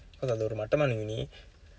cause அது ஒரு மட்டமான:athu oru matdamaana uni